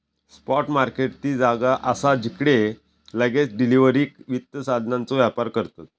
spot market ती जागा असा जिकडे लगेच डिलीवरीक वित्त साधनांचो व्यापार करतत